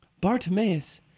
Bartimaeus